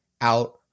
out